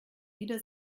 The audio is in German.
wieder